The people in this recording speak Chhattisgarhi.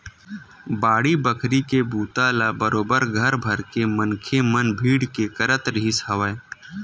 बाड़ी बखरी के बूता ल बरोबर घर भरके मनखे मन भीड़ के करत रिहिस हवय